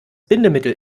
bindemittel